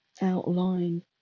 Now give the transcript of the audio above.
outline